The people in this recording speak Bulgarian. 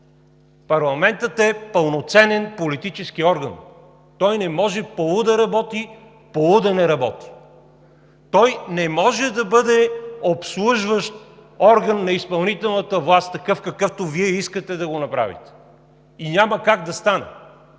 Парламентът е пълноценен политически орган – той не може полу- да работи, полу- да не работи! Той не може да бъде обслужващ орган на изпълнителната власт, какъвто Вие искахте да го направите, и няма как да стане!